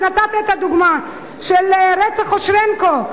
ונתת את הדוגמה של רצח אושרנקו.